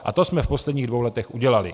A to jsme v posledních dvou letech udělali.